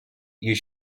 you